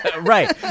Right